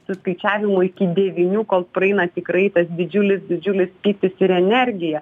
su skaičiavimu iki devynių kol praeina tikrai tas didžiulis didžiulis pyktis ir energija